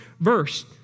verse